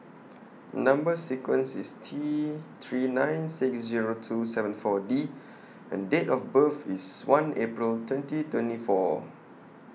Number sequence IS T three nine six Zero two seven four D and Date of birth IS one April twenty twenty four